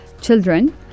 children